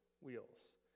wheels